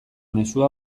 mezua